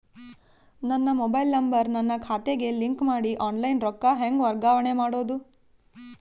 ನನ್ನ mobile number ನನ್ನ ಖಾತೆಗೆ ಲಿಂಕ್ ಮಾಡಿ ಆನ್ಲೈನ್ ರೊಕ್ಕ ಹೆಂಗ ವರ್ಗಾವಣೆ ಮಾಡೋದು?